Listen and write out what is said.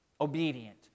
obedient